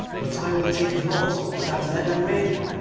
but i will take nought but that leaden ring,